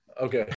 okay